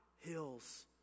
hills